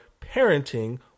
parenting